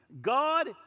God